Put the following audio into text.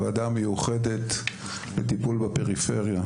הוועדה המיוחדת לטיפול בפריפריה,